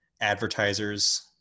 advertisers